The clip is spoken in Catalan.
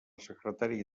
secretària